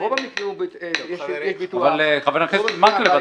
רוב המקרים יש ביטוח --- אבל חבר הכנסת מקלב,